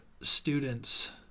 students